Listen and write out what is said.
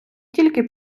тільки